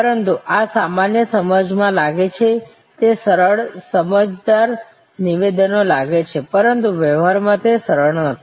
પરંતુ આ સામાન્ય સમજમાં લાગે છે તે સરળ સમજદાર નિવેદનો લાગે છે પરંતુ વ્યવહારમાં તે સરળ નથી